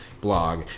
blog